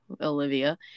Olivia